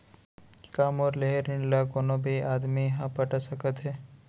का मोर लेहे ऋण ला कोनो भी आदमी ह पटा सकथव हे?